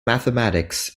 mathematics